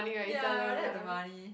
ya I rather have the money